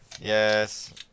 Yes